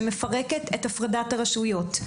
שמפרקת את הפרדת הרשויות.